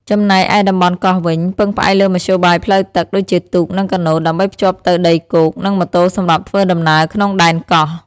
ចំណែកឯតំបន់កោះវិញ ពឹងផ្អែកលើមធ្យោបាយផ្លូវទឹកដូចជាទូក និងកាណូត ដើម្បីភ្ជាប់ទៅដីគោក និងម៉ូតូសម្រាប់ធ្វើដំណើរក្នុងដែនកោះ។